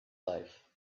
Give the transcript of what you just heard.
life